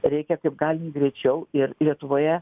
reikia kaip galima greičiau ir lietuvoje